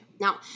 Now